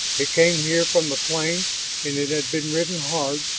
it came here from the plains and it had been ridden hard,